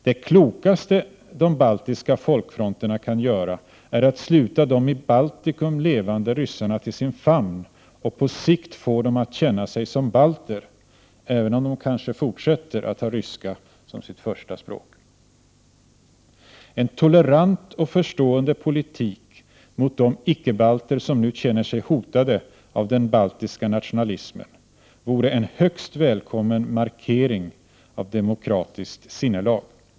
Det klokaste de baltiska folkfronterna kan göra är att sluta de i Baltikum levande ryssarna till sin famn och på sikt få dem att känna sig som balter, även om de kanske fortsätter att ha ryska som sitt första språk. En tolerant och förstående politik mot de icke-balter som nu känner sig hotade av den baltiska nationalismen vore en högst välkommen markering av demokratiskt sinnelag.